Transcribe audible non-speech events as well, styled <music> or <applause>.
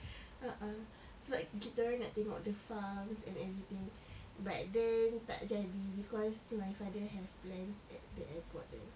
<breath> uh ah sebab kita orang nak tengok the farms and everything <breath> but then tak jadi because my father have plans at the airport there